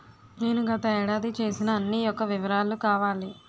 నేను గత ఏడాది చేసిన అన్ని యెక్క వివరాలు కావాలి?